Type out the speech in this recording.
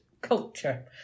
culture